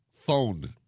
phone